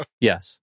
Yes